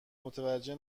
متوجه